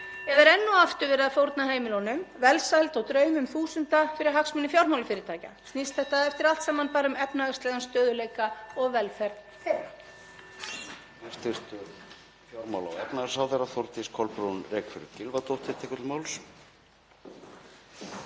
Eða er enn og aftur verið að fórna heimilunum, velsæld og draumum þúsunda fyrir hagsmuni fjármálafyrirtækja? Snýst þetta eftir allt saman bara um efnahagslegan stöðugleika og velferð þeirra?